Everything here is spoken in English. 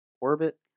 orbit